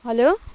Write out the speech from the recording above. hello